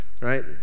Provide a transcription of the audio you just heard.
right